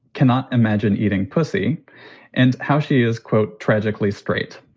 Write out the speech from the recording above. cannot imagine eating pussy and how she is, quote, tragically straight.